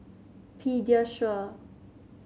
Pediasure